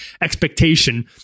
expectation